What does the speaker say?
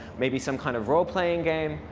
maybe some kind of role playing game,